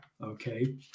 Okay